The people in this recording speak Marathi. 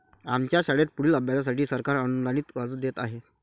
आमच्या शाळेत पुढील अभ्यासासाठी सरकार अनुदानित कर्ज देत आहे